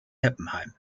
heppenheim